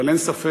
אבל אין ספק